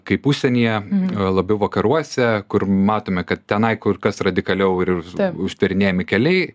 kaip užsienyjelabiau vakaruose kur matome kad tenai kur kas radikaliau ir uždarinėjami keliai